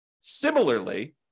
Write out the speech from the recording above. Similarly